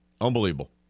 Unbelievable